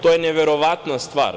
To je neverovatna stvar.